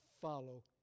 follow